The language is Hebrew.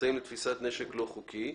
מבצעים לתפיסת נשק לא חוקי.